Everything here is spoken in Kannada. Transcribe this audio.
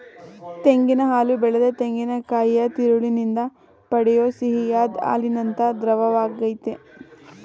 ತೆಂಗಿನ ಹಾಲು ಬೆಳೆದ ತೆಂಗಿನಕಾಯಿಯ ತಿರುಳಿನಿಂದ ಪಡೆಯೋ ಸಿಹಿಯಾದ್ ಹಾಲಿನಂಥ ದ್ರವವಾಗಯ್ತೆ